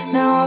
Now